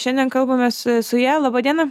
šiandien kalbamės su ja laba diena